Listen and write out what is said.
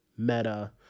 meta